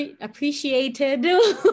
Appreciated